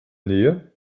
nähe